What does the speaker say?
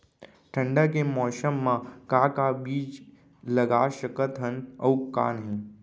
ठंडा के मौसम मा का का बीज लगा सकत हन अऊ का नही?